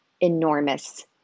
enormous